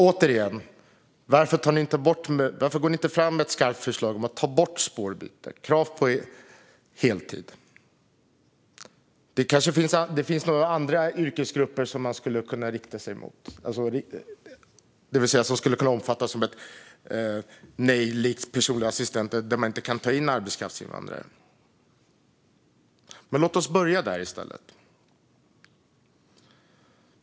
Återigen, varför går ni inte fram med ett skarpt förslag om att ta bort spårbyte och om krav på heltid, Morgan Johansson? Det finns kanske också andra yrkesgrupper som, liksom för personlig assistent, skulle kunna omfattas av ett nej till att ta in arbetskraftsinvandrare. Men låt oss börja där! Fru talman!